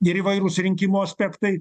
ir įvairūs rinkimų aspektai